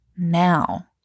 Now